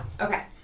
Okay